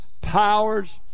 powers